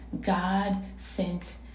God-sent